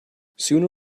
sooner